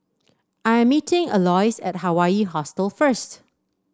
I'm meeting Aloys at Hawaii Hostel first